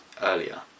earlier